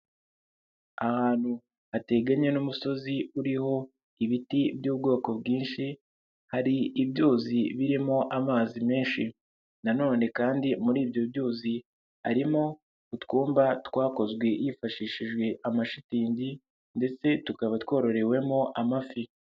Ahantu hateganye n'umusozi uriho ibiti by'ubwoko bwinshi, hari ibyuzi birimo amazi menshi, na none kandi muri ibyo byuzi, harimo utwumba twakozwe hifashishijwe amashitingi ndetse tukaba twororewemo amafi.